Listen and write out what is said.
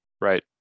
right